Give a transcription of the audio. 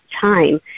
time